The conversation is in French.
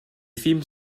films